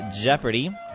Jeopardy